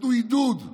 שנתנו עידוד,